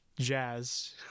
jazz